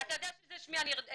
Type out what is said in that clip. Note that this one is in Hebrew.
אתה יודע שזה שמי הנרדף.